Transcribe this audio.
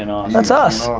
and um that's us.